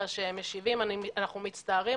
אלא הם משיבים: אנחנו מצטערים,